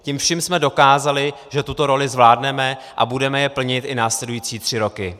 Tím vším jsme dokázali, že tuto roli zvládneme, a budeme ji plnit i následující tři roky.